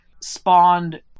spawned